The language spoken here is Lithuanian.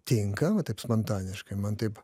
tinka va taip spontaniškai man taip